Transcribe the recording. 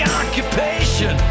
occupation